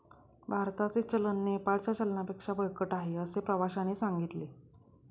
भारताचे चलन नेपाळच्या चलनापेक्षा बळकट आहे, असे प्रवाश्याने सांगितले